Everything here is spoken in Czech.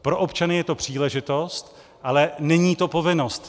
Pro občany je to příležitost, ale není to povinnost.